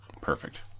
perfect